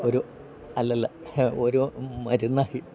ഒരു അല്ലല്ല ഒരു മരുന്നായി